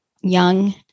young